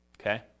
Okay